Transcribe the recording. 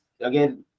again